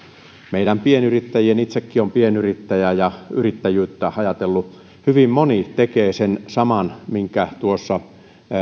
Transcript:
meidän pienyrittäjien tilannetta itsekin olen pienyrittäjä ja yrittäjyyttä ajatellut hyvin moni tekee sen saman minkä tuossa